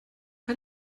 ein